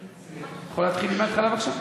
אתה יכול להתחיל לי מההתחלה, בבקשה?